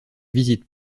visite